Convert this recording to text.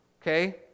okay